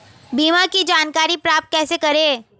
बीमा की जानकारी प्राप्त कैसे करें?